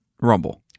Rumble